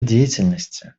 деятельности